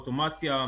אוטומציה,